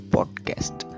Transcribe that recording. Podcast